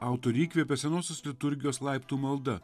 autorių įkvėpė senosios liturgijos laiptų malda